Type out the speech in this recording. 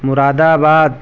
مراد آباد